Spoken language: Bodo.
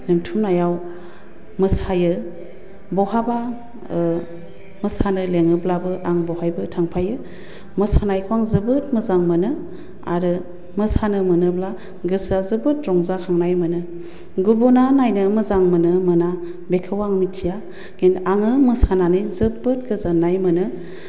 लेंथुमनायाव मोसायो बहाबा मोसानो लेङोब्लाबो आं बहायबो थांफायो मोसानायखौ आं जोबोद मोजां मोनो आरो मोसानो मोनोब्ला गोसोआ जोबोद रंजाखांनाय मोनो गुबुना नायनो मोजां मोनो मोना बेखौ आं मिथिया खिन्थु आङो मोसानानै जोबोद गोजोन्नाय मोनो